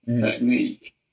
technique